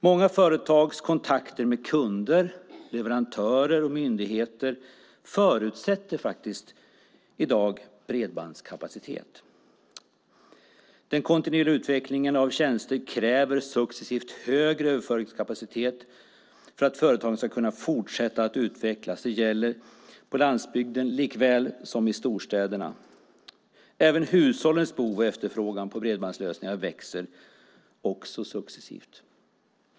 Många företags kontakter med kunder, leverantörer och myndigheter förutsätter i dag bredbandskapacitet. Den kontinuerliga utvecklingen av tjänster kräver successivt högre överföringskapacitet för att företagen ska kunna fortsätta utvecklas. Det gäller på landsbygden likaväl som i storstäderna. Även hushållens behov och efterfrågan på bredbandslösningar växer successivt.